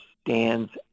stands